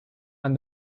and